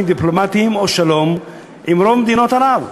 דיפלומטיים או שלום עם רוב מדינות ערב.